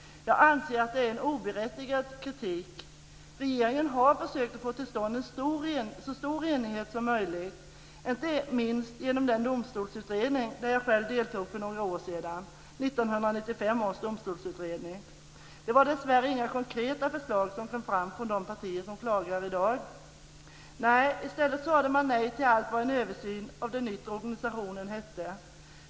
Jag anser att det är en oberättigad kritik. Regeringen har försökt få till stånd en så stor enighet som möjligt, inte minst genom den domstolsutredning där jag själv deltog för några år sedan, 1995 års domstolsutredning. Det var dessvärre inga konkreta förslag som kom fram från de partier som klagar i dag. I stället sade man nej till allt vad en översyn av den yttre organisationen hette.